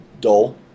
dull